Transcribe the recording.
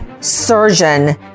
surgeon